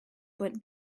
but